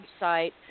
website